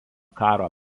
karo